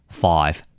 five